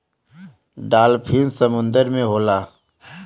dolphin समुंदर में होला